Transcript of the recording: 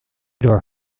door